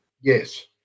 yes